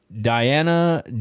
Diana